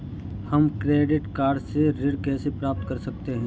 हम credit card से ऋण कैसे प्राप्त कर सकते हैं?